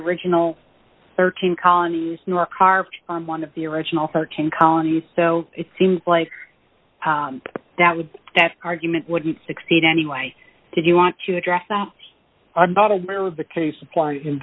original thirteen colonies nor carved on one of the original thirteen colonies so it seems like that would that argument wouldn't succeed anyway did you want to address the i'm not aware of the case applying